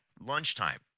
lunchtime